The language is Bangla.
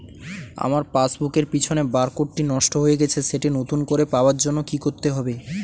আমার পাসবুক এর পিছনে বারকোডটি নষ্ট হয়ে গেছে সেটি নতুন করে পাওয়ার জন্য কি করতে হবে?